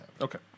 Okay